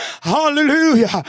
Hallelujah